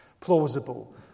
plausible